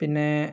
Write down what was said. പിന്നെ